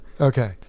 Okay